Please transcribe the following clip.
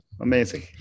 Amazing